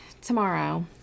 tomorrow